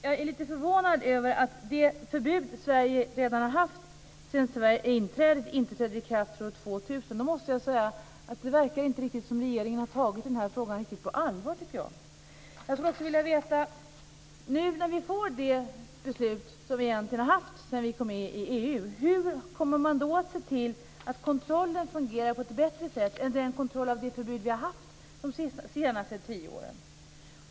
Jag är lite förvånad över att det förbud som Sverige redan har sedan EU-inträdet inte träder i kraft förrän år 2000. Därför måste jag säga att regeringen inte riktigt verkar ha tagit frågan på allvar. När vi får det beslut som vi egentligen har haft sedan vi kom med i EU, hur kommer man då att se till att kontrollen fungerar på ett bättre sätt jämfört med den kontroll av det förbud som vi har haft under de senaste tio åren?